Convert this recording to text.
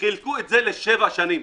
חילקו את הסכום הזה לשבע שנים.